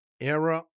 Error